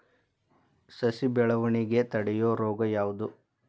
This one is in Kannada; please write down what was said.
ಸಸಿ ಬೆಳವಣಿಗೆ ತಡೆಯೋ ರೋಗ ಯಾವುದು?